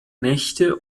nächte